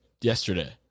yesterday